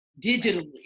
digitally